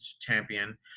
champion